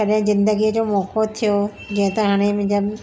कॾहिं ज़िंदगी जो मौक़ो थियो जीअं त हाणे मुंहिंजा